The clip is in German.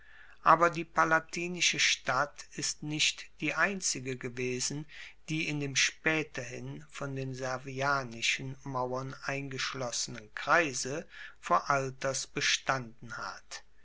aber die palatinische stadt ist nicht die einzige gewesen die in dem spaeterhin von den servianischen mauern eingeschlossenen kreise vor alters bestanden hat